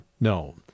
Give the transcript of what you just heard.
no